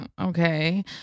Okay